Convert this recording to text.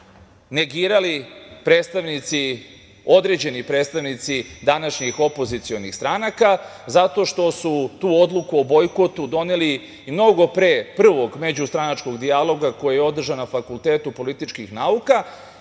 negirali predstavnici, određeni predstavnici današnjih opozicionih stranaka zato što su tu odluku o bojkotu doneli mnogo pre prvog međustranačkog dijaloga koji je održan na Fakultetu političkih nauka